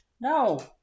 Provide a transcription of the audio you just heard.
No